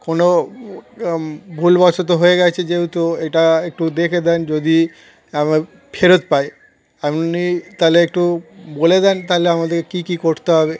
কোনো ভুলবশত হয়ে গিয়েছে যেহেতু এটা একটু দেখে দেন যদি আমার ফেরত পাই আমনি তাহলে একটু বলে দেন তাহলে আমাদেরকে কী কী করতে হবে